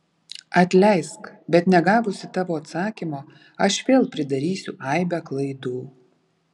atleisk bet negavusi tavo atsakymo aš vėl pridarysiu aibę klaidų